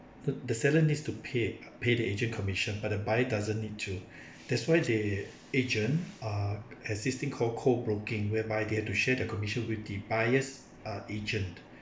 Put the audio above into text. the the seller needs to pay pay the agent commission but the buyer doesn't need to that's why the agent uh there's this thing called co-broking whereby they have to share the commission with the buyers' uh agent